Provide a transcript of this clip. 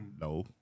No